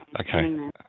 Okay